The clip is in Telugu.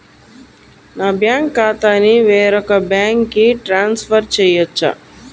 నా బ్యాంక్ ఖాతాని వేరొక బ్యాంక్కి ట్రాన్స్ఫర్ చేయొచ్చా?